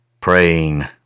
praying